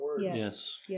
Yes